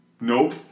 Nope